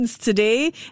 Today